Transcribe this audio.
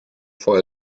for